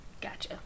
Gotcha